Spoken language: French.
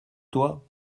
toi